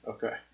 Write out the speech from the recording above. Okay